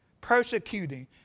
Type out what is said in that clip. persecuting